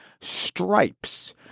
stripes